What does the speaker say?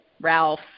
Ralph